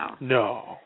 No